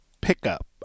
pickup